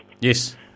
Yes